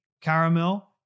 Caramel